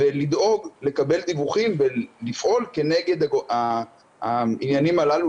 ולדאוג לקבל דיווחים ולפעול כנגד העניינים הללו,